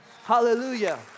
Hallelujah